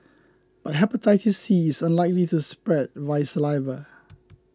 but Hepatitis C is unlikely to spread via saliva